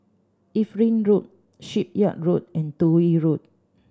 Evelyn Road Shipyard Road and Toh Yi Road